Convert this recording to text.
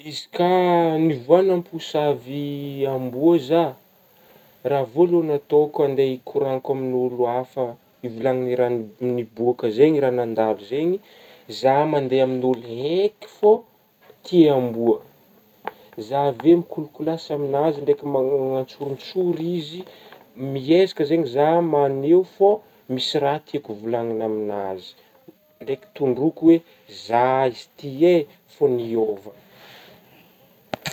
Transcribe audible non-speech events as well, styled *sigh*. Izy ka niovagna mposavy amboa zah, raha voalohagny ataoko andeha ikoragnako amin'ôlo hafa ivolanagna raha ni-nibôaka zegny, raha nandalo zegny zah mandeha aminah ôlo eky fô tia amboa zah avy eo mikolokolasy amin'azy ndraiky *unintelligible* antsoritsory izy miezaka zegny zah magneho fô misy raha tiako volanagna aminahzy, ndraiky tondroko hoe zah izy ty eeh fô niôva.